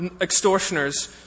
extortioners